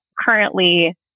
currently